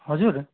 हजुर